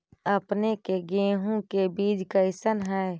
अपने के गेहूं के बीज कैसन है?